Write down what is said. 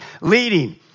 Leading